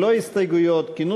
53 59, ללא הסתייגויות, כנוסח